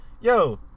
Yo